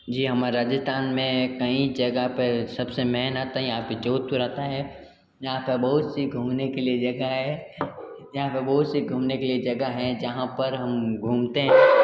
जी हमारे राजस्थान में कई जगह पे सबसे मैन आता है यहाँ पे जोधपुर आता है जहाँ पे बहुत सी घूमने के लिए जगह है यहाँ पे बहुत सी घूमने के लिए जगह हैं जहाँ पर हम घूमते हैं